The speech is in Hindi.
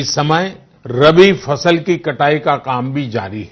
इस समय रबी फसल की कटाई का काम भी जारी है